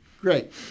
great